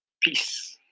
Peace